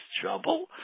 trouble